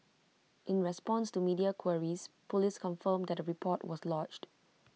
in response to media queries Police confirmed that A report was lodged